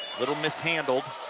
little mishandled.